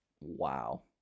Wow